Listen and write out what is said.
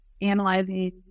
analyzing